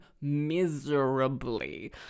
miserably